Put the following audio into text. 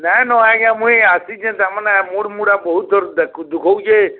ନାଇନ ଆଜ୍ଞା ମୁଇଁ ଆସିଛେ ତା'ର୍ମାନେ ମୁଡ଼୍ମୁଡ଼ା ବହୁତ୍ ଜୋର୍ ଦୁଖଉଛେ